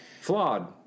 Flawed